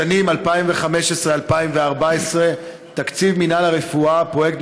בשנים 2014 2015 תקציב מינהל הרפואה: פרויקט